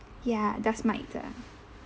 ya dust mite ah